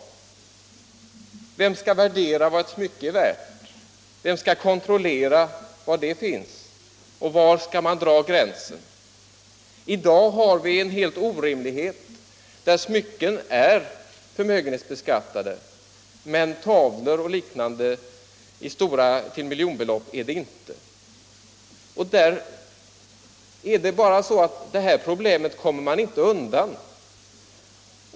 Vem skall värdera vad ett smycke är värt? Vem skall kontrollera var det finns? Och var skall man dra gränsen för beskattningen av smycket? I dag har vi en orimlig situation, där smycken Vissa frågor vid är förmögenhetsbeskattade, medan tavlor och liknande saker till mil — kapitalbeskattningjonbelopp inte är det. Detta problem kommer man därför inte undan.